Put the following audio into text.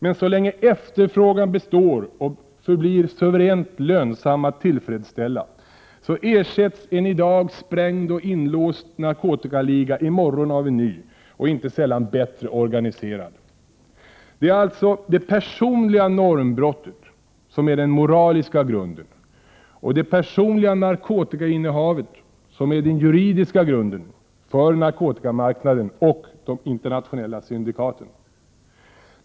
Men så länge efterfrågan består och förblir suveränt lönsam att tillfredsställa, ersätts en i dag sprängd och inlåst narkotikaliga i morgon av en ny och inte sällan bättre organiserad. Det är alltså det personliga normbrottet som är den moraliska grunden och det personliga narkotikainnehavet som är den juridiska grunden för narkotikamarknaden och de internationella syndikaten.